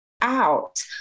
out